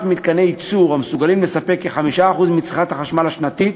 מתקני ייצור המסוגלים לספק כ-5% מצריכת החשמל השנתית,